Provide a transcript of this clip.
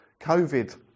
COVID